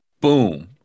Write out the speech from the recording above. Boom